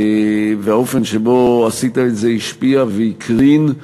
והאופן שבו עשית את זה השפיע והקרין,